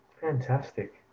fantastic